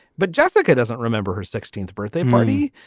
but jessica doesn't remember her sixteenth birthday money.